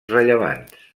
rellevants